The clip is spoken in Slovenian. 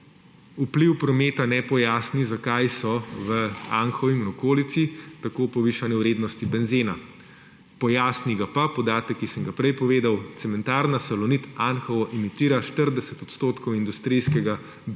vpliv prometa ne pojasni, zakaj so v Anhovem in okolici tako povišane vrednosti benzena. Pojasni ga pa podatek, ki sem ga prej povedal, cementarna Salonit Anhovo imitira 40 odstotkov industrijskega